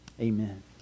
Amen